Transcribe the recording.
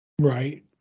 Right